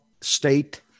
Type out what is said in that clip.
state